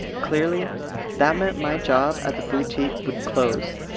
clearly that meant my job at the boutique would close,